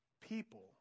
people